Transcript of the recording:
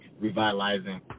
revitalizing